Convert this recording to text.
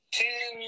ten